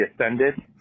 ascended